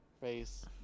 face